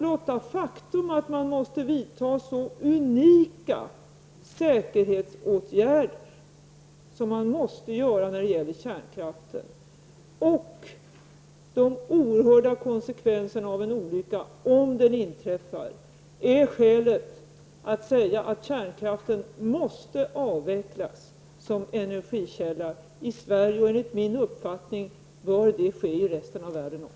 Blotta faktum att man måste vidta så unika säkerhetsåtgärder som man måste göra när det gäller kärnkraften och de oerhörda konsekvenserna av en olycka, om den inträffar, är för mig skälet till att jag säger att kärnkraften måste avvecklas som energikälla i Sverige. Och enligt min uppfattning bör det ske även i resten av världen.